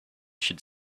should